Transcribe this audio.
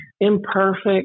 imperfect